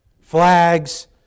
Flags